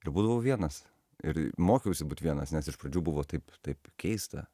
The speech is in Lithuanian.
ir būdavau vienas ir mokiausi būt vienas nes iš pradžių buvo taip taip keista